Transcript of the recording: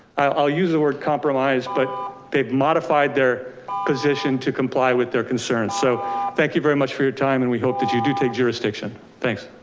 i'll use the word compromise, but they've modified their position to comply with their concerns. so thank you very much for your time, and we hope that you do take jurisdiction. thanks.